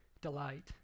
delight